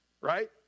right